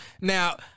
Now